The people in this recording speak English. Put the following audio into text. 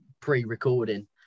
pre-recording